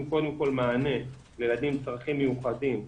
קודם כל מענה לילדים עם צרכים מיוחדים,